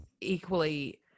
equally